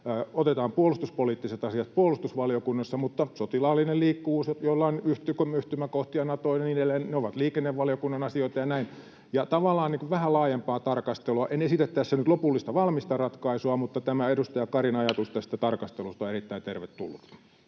otetaan puolustuspoliittiset asiat puolustusvaliokunnassa mutta sotilaallinen liikkuvuus, jolla on yhtymäkohtia Natoon, ja niin edelleen ovat liikennevaliokunnan asioita ja näin — tavallaan vähän laajempaa tarkastelua? En esitä tässä nyt lopullista valmista ratkaisua, mutta tämä edustaja Karin ajatus tästä tarkastelusta on erittäin tervetullut.